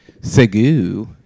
Segu